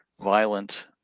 violent